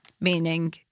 meaning